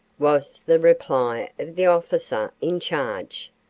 was the reply of the officer in charge.